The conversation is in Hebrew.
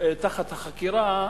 תחת החקירה,